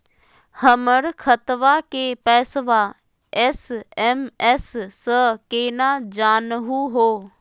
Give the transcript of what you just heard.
हमर खतवा के पैसवा एस.एम.एस स केना जानहु हो?